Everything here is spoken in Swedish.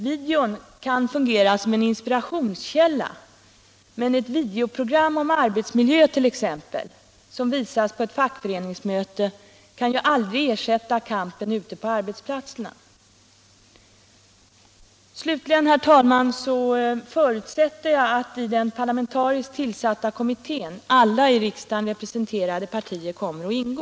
Video kan fungera som en inspirationskälla, men ett videoprogram om arbetsmiljö t.ex. som visas på ett fackföreningsmöte kan ju aldrig ersätta kampen ute på arbetsplatserna. Slutligen, herr talman, förutsätter jag att i den parlamentariskt tillsatta kommittén alla i riksdagen representerade partier kommer att ingå.